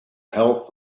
health